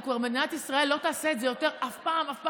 ומדינת ישראל לא תעשה את זה יותר אף פעם,